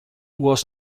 was